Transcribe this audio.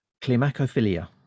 Climacophilia